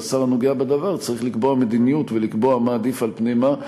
והשר הנוגע בדבר צריך לקבוע מדיניות ולקבוע מה עדיף על-פני מה.